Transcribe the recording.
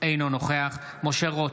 אינו נוכח משה רוט,